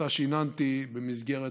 שאותה שיננתי במסגרת